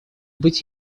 быть